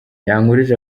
yankurije